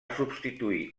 substituir